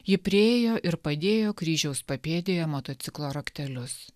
ji priėjo ir padėjo kryžiaus papėdėje motociklo raktelius